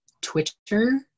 Twitter